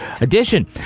edition